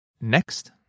Next